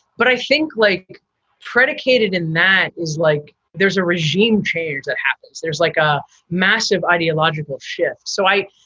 but i think like predicated in that is like there's a regime change that happens there's like a massive ideological shift. so i,